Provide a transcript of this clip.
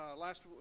last